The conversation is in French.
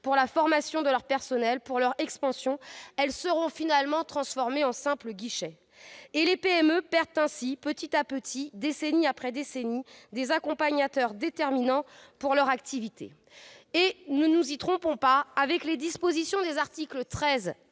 de la formation de leurs personnels, de leur expansion, elles seront finalement transformées en simple guichet. Les PME perdent ainsi petit à petit, décennie après décennie, des accompagnateurs déterminants pour leur activité. Ne nous y trompons pas, avec les dispositions des articles 13